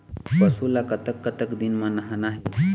पशु ला कतक कतक दिन म नहाना हे?